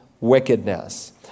wickedness